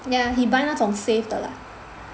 ya he buy 那种 safe 的啦